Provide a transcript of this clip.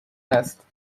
است